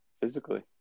physically